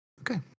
okay